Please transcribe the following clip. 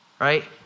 Right